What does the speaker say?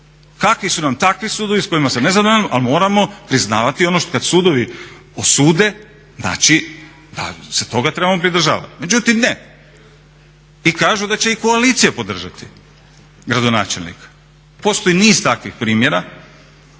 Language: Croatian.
Kakvi su nam takvi sudovi s kojima sam nezadovoljan ali moramo priznavati ono kad sudovi osude znači da se toga trebamo pridržavati. Međutim ne, i kažu da će i koalicija podržati gradonačelnika. Postoji niz takvih primjera.